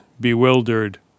bewildered